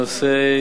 הנושא: